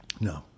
No